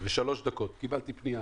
12:03 קיבלתי פנייה